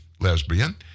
lesbian